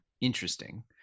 Interesting